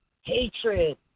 hatred